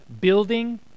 building